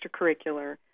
extracurricular